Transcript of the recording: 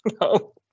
No